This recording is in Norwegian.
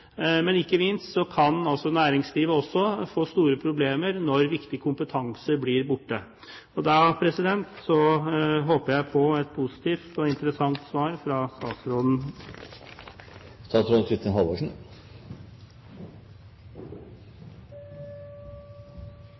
Men ikke minst kan næringslivet også få store problemer når viktig kompetanse blir borte. Da håper jeg på et positivt og interessant svar fra statsråden.